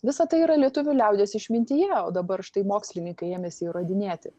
visa tai yra lietuvių liaudies išmintyje o dabar štai mokslininkai ėmėsi įrodinėti